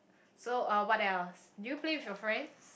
so uh what else do you play with your friends